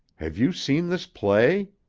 have you seen this play?